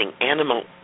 animal